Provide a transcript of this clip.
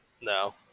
No